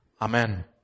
Amen